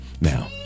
Now